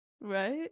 Right